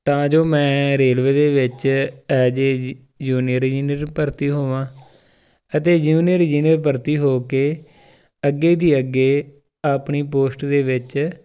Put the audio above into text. ਤਾਂ ਜੋ ਮੈਂ ਰੇਲਵੇ ਦੇ ਵਿੱਚ ਐਜ ਏ ਜੂਨੀਅਰ ਇੰਜੀਨੀਅਰ ਭਰਤੀ ਹੋਵਾਂ ਅਤੇ ਜੂਨੀਅਰ ਇੰਜੀਨੀਅਰ ਭਰਤੀ ਹੋ ਕੇ ਅੱਗੇ ਦੀ ਅੱਗੇ ਆਪਣੀ ਪੋਸਟ ਦੇ ਵਿੱਚ